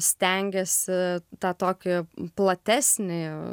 stengiasi tą tokį platesnį